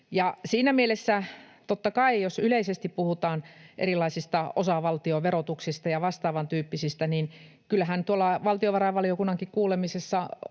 siinä mielessä totta kai, jos yleisesti puhutaan erilaisista osavaltioverotuksista ja vastaavan tyyppisistä, niin kyllähän tuolla valtiovarainvaliokunnankin kuulemisessa